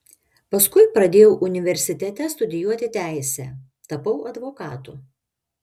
paskui pradėjau universitete studijuoti teisę tapau advokatu